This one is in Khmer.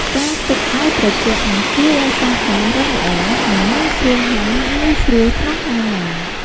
ការទុកឲ្យត្រជាក់នឹងជួយឲ្យសង់ខ្យារឹងល្អ និងងាយស្រួលហាន់ ងាយស្រួលក្នុងការញាំ។